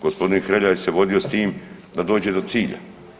Gospodin Hrelja se vodio s tim da dođe do cilja.